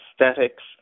aesthetics